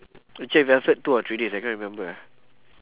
you check with alfred two or three days I cannot remember ah